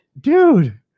Dude